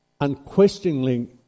unquestioningly